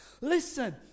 Listen